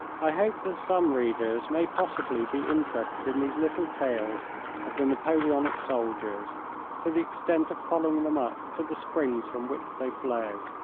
i hope that some readers may possibly be interested in these little tales of the napoleonic soldiers to the extent of following them up to the springs from which they flow.